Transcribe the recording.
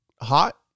hot